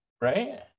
right